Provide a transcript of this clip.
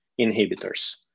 inhibitors